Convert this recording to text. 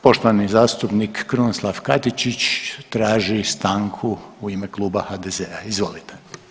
Poštovani zastupnik Krunoslav Katičić traži stanku u ime Kluba HDZ-a, izvolite.